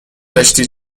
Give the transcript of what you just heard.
داشتی